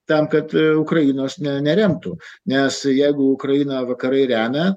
tam kad ukrainos ne neremtų nes jeigu ukrainą vakarai remia